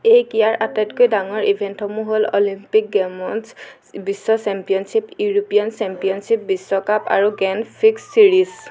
এই ক্ৰীড়াৰ আটাইতকৈ ডাঙৰ ইভেণ্টসমূহ হ'ল অলিম্পিক গেমছ বিশ্ব চেম্পিয়নশ্বিপ ইউৰুপিয়ান চেম্পিয়নশ্বিপ বিশ্বকাপ আৰু গ্ৰেণ্ড ফিক্স ছিৰিজ